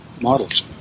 models